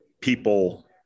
people